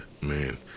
man